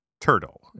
Turtle